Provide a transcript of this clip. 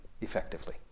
effectively